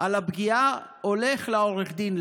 על הפגיעה הולך לעורך דין.